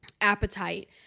appetite